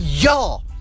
Y'all